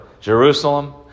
Jerusalem